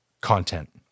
content